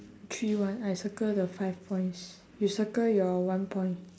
three one I circle the five points you circle your one point